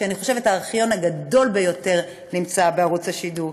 ואני חושבת שהארכיון הגדול ביותר נמצא בערוץ השידור.